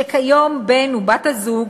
שכיום בן-הזוג או בת-הזוג,